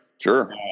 Sure